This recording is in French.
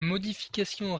modification